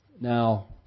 Now